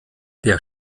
der